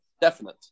definite